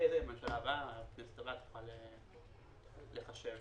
-- הכנסת הבאה צריכה לחשב.